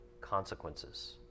consequences